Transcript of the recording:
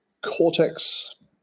Cortex